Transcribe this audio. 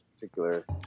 particular